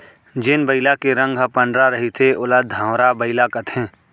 जेन बइला के रंग ह पंडरा रहिथे ओला धंवरा बइला कथें